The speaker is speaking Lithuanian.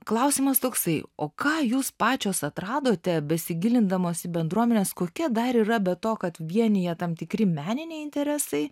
klausimas toksai o ką jūs pačios atradote besigilindamos į bendruomenes kokia dar yra be to kad vienija tam tikri meniniai interesai